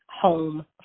home